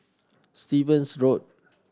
Stevens Road